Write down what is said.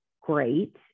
great